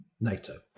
NATO